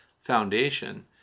foundation